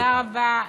תודה רבה.